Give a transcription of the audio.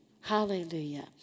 Hallelujah